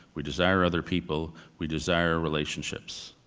we desire other people, we desire relationships,